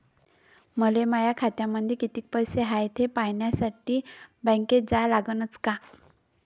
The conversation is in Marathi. मले माया खात्यामंदी कितीक पैसा हाय थे पायन्यासाठी बँकेत जा लागनच का?